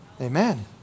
Amen